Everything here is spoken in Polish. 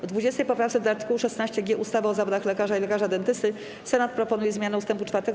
W 20. poprawce do art. 16g ustawy o zawodach lekarza i lekarza dentysty Senat proponuje zmianę ust. 4.